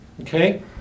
Okay